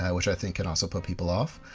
which i think can so put people of.